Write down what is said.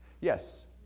Yes